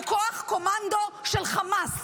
זה כוח קומנדו של חמאס,